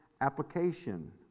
application